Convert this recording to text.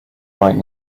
right